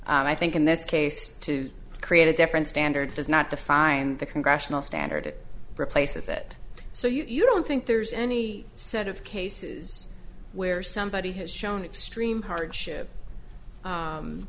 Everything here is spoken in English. and i think in this case to create a different standard does not define the congressional standard it replaces it so you don't think there's any set of cases where somebody has shown extreme hardship